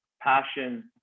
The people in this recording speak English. passion